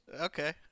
Okay